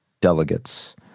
delegates